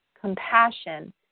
compassion